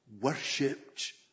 Worshipped